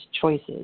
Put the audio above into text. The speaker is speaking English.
choices